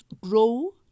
grow